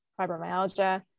fibromyalgia